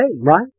right